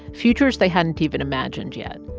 futures they hadn't even imagined yet.